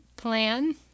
plan